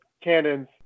Cannons